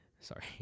Sorry